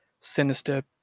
sinister